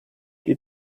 die